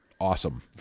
awesome